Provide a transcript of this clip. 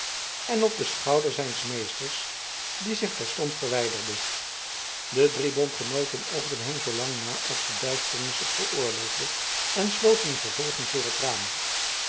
en op den schouder zijns meesters die zich terstond verwijderde de drie bondgenooten oogden hem zoo lang na als de duisternis het veroorloofde en sloten vervolgens weer het raam